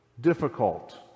difficult